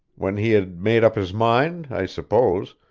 when he had made up his mind, i suppose,